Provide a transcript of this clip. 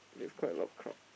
it's quite a lot of crowd